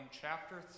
chapter